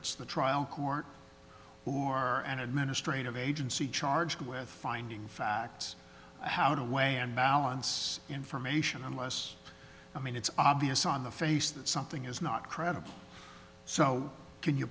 it's the trial court who are an administrative agency charged with finding facts how to weigh and balance information unless i mean it's obvious on the face that something is not credible so can you